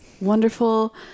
wonderful